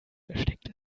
versteckt